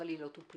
אך היא לא טופלה.